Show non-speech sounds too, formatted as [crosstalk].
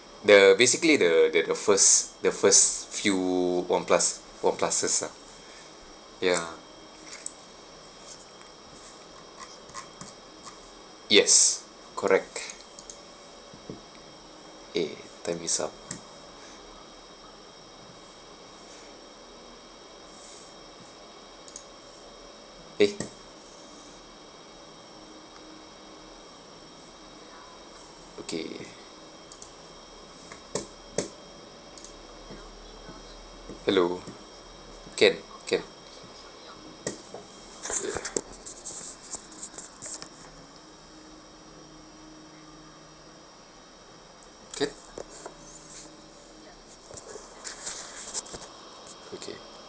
the basically the they're the first the first few oneplus oneplus-es ah ya yes correct eh time is up eh okay hello can can [noise] can okay